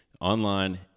online